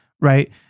Right